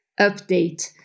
update